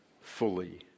fully